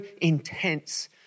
intense